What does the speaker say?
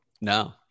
No